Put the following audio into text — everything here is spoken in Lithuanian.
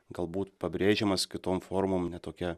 galbūt pabrėžiamas kitom formom ne tokia